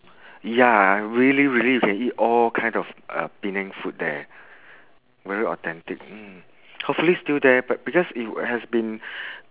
ya really really you can eat all kinds of uh penang food there very authentic mm hopefully still there but because it has been